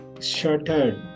shattered